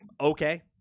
okay